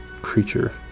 creature